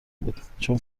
بود، چون